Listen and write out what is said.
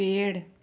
पेड़